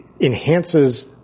enhances